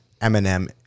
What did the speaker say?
Eminem